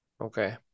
okay